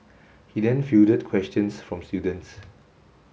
he then fielded questions from students